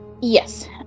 Yes